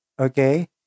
okay